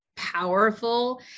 powerful